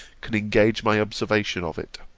can engage my observation of it.